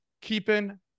keeping